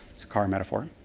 it's a car metaphor.